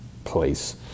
Place